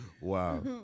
Wow